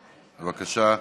בבקשה,